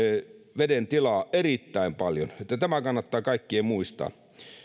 veden tilaa erittäin paljon tämä kannattaa kaikkien muistaa